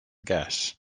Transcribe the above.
gas